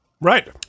Right